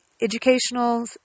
educational